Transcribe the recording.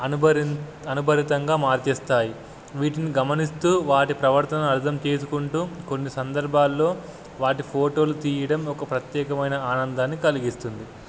అనుభరి అనుభరితంగా మారుస్తాయి వీటిని గమనిస్తు వాటి ప్రవర్తన అర్థం చేసుకుంటు కొన్ని సందర్భాలలో వాటి ఫోటోలు తీయడం ఒక ప్రత్యేకమైన ఆనందాన్ని కలిగిస్తుంది